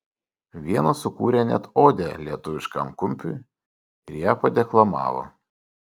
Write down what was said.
vienas sukūrė net odę lietuviškam kumpiui ir ją padeklamavo